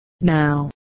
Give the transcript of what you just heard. Now